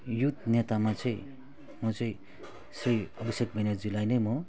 youth नेतामा चाहिँ म चाहिँ श्री अभिषेक ब्यनर्जीलाई नै म